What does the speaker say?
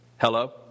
Hello